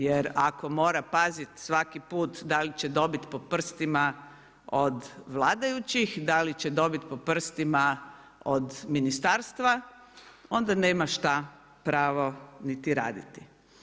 Jer ako mora paziti svaki put dal će dobiti po prstima od vladajućih, da li će dobiti po prstima od ministarstva, onda nema što pravo niti raditi.